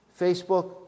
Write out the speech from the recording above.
Facebook